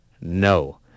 No